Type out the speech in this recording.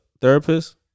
therapist